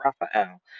Raphael